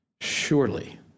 Surely